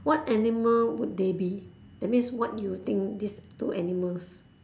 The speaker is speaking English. what animal would they be that means what you think these two animals